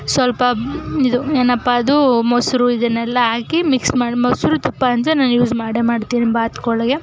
ಸ್ವಲ್ಪ ಇದು ಏನಪ್ಪಾ ಅದು ಮೊಸರು ಇದನ್ನೆಲ್ಲ ಹಾಕಿ ಮಿಕ್ಸ್ ಮಾಡಿ ಮೊಸರು ತುಪ್ಪ ಅಂತೂ ನಾನು ಯೂಸ್ ಮಾಡಿಯೇ ಮಾಡ್ತೀನಿ ಬಾತುಗಳಿಗೆ